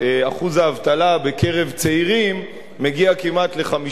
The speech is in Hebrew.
בספרד אחוז האבטלה בקרב צעירים מגיע כמעט ל-50%,